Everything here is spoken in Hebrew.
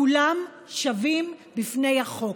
כולם שווים בפני החוק.